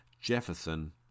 jefferson